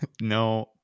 no